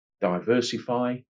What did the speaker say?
diversify